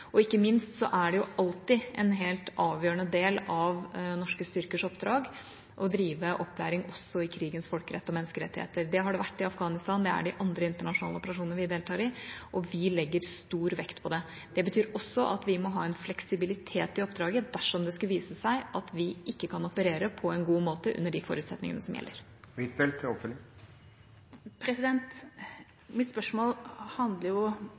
Ikke minst er det alltid en helt avgjørende del av norske styrkers oppdrag å drive opplæring også i krigens folkerett og menneskerettigheter. Det har det vært i Afghanistan, det er det i andre internasjonale operasjoner vi deltar i, og vi legger stor vekt på det. Det betyr også at vi må ha en fleksibilitet i oppdraget dersom det skulle vise seg at vi ikke kan operere på en god måte under de forutsetningene som gjelder.